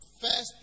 first